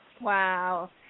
Wow